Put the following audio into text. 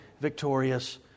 victorious